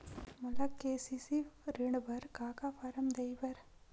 मोला के.सी.सी ऋण बर का का फारम दही बर?